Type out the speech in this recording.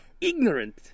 ignorant